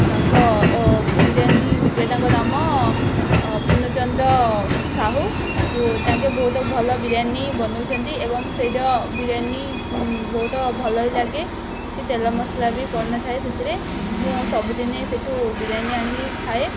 ତାଙ୍କ ବିରିୟାନୀ ବିକ୍ରୟତାଙ୍କ ଦାମ ପୂର୍ଣଚନ୍ଦ୍ର ସାହୁ ତାଙ୍କେ ବହୁତ ଭଲ ବିରିୟାନୀ ବନଉଛନ୍ତି ଏବଂ ସେଇଠା ବିରିୟାନୀ ବହୁତ ଭଲ ବି ଲାଗେ କିଛି ତେଲ ମସଲା ବି ପଡ଼ିନଥାଏ ସେଥିରେ ମୁଁ ସବୁଦିନେ ସେଠୁ ବିରିୟାନୀ ଆଣିକି ଖାଏ